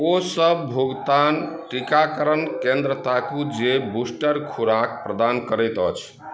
ओ सब भुगतान टीकाकरण केन्द्र ताकू जे बूस्टर खुराक प्रदान करैत अछि